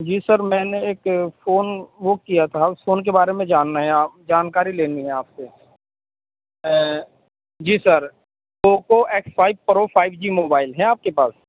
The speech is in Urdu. جی سر میں نے ایک فون بک کیا تھا اس فون کے بارے میں جاننا ہے آپ جانکاری لینی ہے آپ سے جی sir Oppo X five pro five G mobile ہے آپ کے پاس